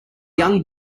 young